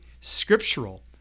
scriptural